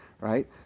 right